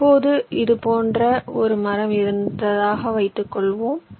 இப்போது இது போன்ற ஒரு மரம் இருந்தால் வைத்துக்கொள்வோம்